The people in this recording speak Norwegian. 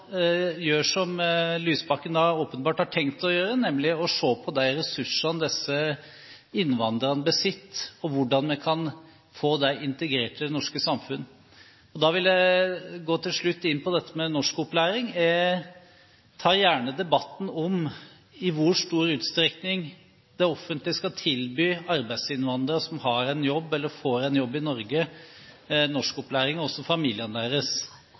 som Lysbakken åpenbart har tenkt å gjøre, nemlig å se på de ressursene disse innvandrerne besitter, og hvordan vi kan få dem integrert i det norske samfunnet. Da vil jeg til slutt inn på norskopplæring. Jeg tar gjerne debatten om i hvor stor utstrekning det offentlige skal tilby arbeidsinnvandrere som har eller får en jobb i Norge, og familiene deres,